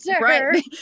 Right